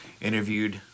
interviewed